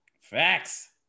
Facts